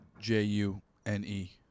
J-U-N-E